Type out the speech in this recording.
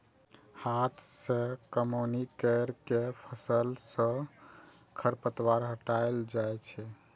हाथ सं कमौनी कैर के फसल सं खरपतवार हटाएल जाए छै